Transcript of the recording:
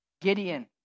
Gideon